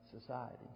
society